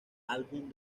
álbum